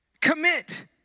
commit